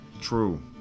True